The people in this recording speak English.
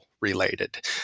related